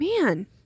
man